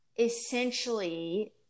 essentially